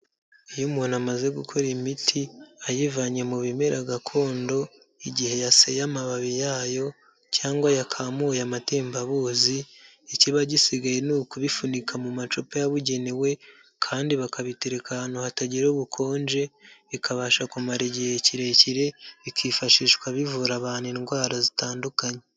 Iyo umuntu amaze gukora iyi miti ayivanye mu bimera gakondo, igihe yaseye amababi yayo cyangwa yakamuye amatembabuzi, ikiba gisigaye ni ukubifunika mu macupa yabugenewe kandi bakabitereka ahantu hatagira ubukonje, bikabasha kumara igihe kirekire, bikifashishwa bivura abantu indwara zitandukanye.